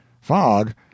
fog